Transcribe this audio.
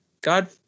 God